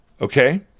Okay